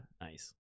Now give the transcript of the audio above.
Nice